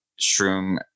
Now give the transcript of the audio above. shroom